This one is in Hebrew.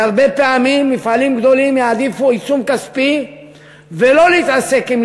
כי הרבה פעמים מפעלים גדולים יעדיפו עיצום כספי ולא להתעסק עם